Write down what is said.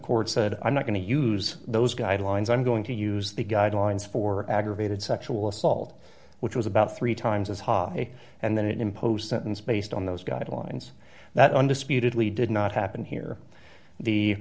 courts said i'm not going to use those guidelines i'm going to use the guidelines for aggravated sexual assault which was about three times as high and then it imposed sentence based on those guidelines that undisputedly did not happen here the